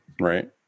right